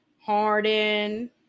Harden